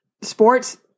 sports